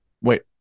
Wait